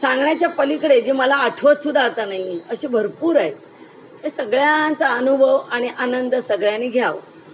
सांगण्याच्या पलीकडे जे मला आठवत सुद्धा आता नाही अशी भरपूर आहेत सगळ्यांचा अनुभव आणि आनंद सगळ्यांनी घ्यावं